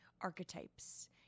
archetypes